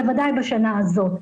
בוודאי בשנה הזאת.